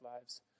lives